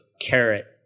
carrot